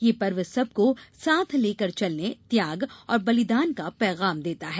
यह पर्व सबको साथ लेकर चलने त्याग और बलिदान का पैगाम देता है